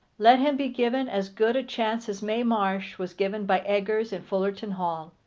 let him be given as good a chance as mae marsh was given by eggers in fullerton hall.